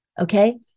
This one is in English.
Okay